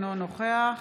אינו נוכח